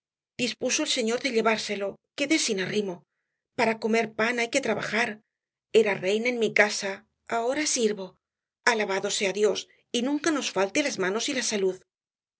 el señor de llevárselo quedé sin arrimo para comer pan hay que trabajar era reina en mi casa ahora sirvo alabado sea dios y nunca nos falten las manos y la salud